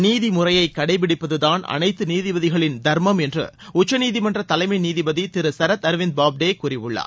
நீதிமுறையை கடைப்பிடிப்பதுதாள் அனைத்து நீதிபதிகளின் தர்மம் என்று உச்சநீதிமன்ற தலைமை நீதிபதி திரு சரத் அரவிந்த் பாப்டே கூறியுள்ளார்